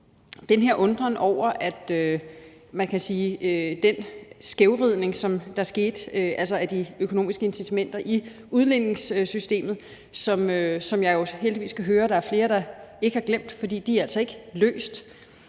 den her undren over den skævvridning af de økonomiske incitamenter i udligningssystemet, som jeg jo heldigvis kan høre at der er flere der ikke har glemt – for det er altså ikke løst.